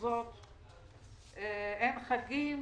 אין חגים,